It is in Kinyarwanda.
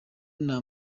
nta